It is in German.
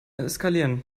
eskalieren